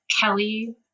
Kelly